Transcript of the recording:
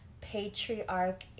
patriarch